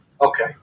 Okay